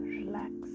relax